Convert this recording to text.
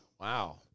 wow